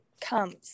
comes